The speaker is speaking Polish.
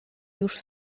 już